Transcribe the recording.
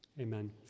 Amen